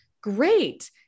Great